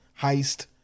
heist